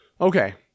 Okay